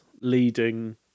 leading